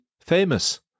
famous